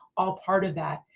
all part of that.